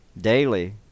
daily